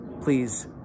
please